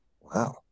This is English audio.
Wow